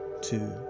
two